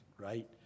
right